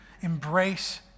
Embrace